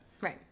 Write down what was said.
right